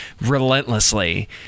relentlessly